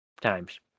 times